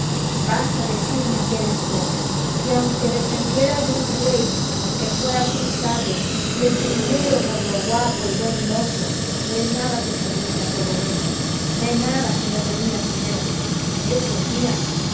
vas a decirme que eres pobre y que aunque descendieras de un rey aunque fueras un sabio y el primero por lo guapo y buen mozo de nada te serviría todo esto de nada si no tenías dinero eso tía